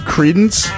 Credence